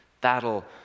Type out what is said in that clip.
that'll